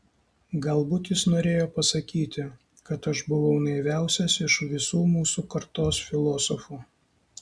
galbūt jis norėjo pasakyti kad aš buvau naiviausias iš visų mūsų kartos filosofų